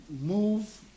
move